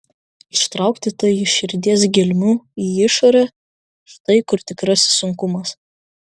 ištraukti tai iš širdies gelmių į išorę štai kur tikrasis sunkumas